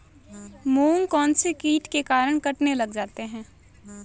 मूंग कौनसे कीट के कारण कटने लग जाते हैं?